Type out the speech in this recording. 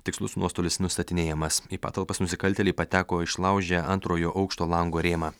tikslus nuostolis nustatinėjamas į patalpas nusikaltėliai pateko išlaužę antrojo aukšto lango rėmą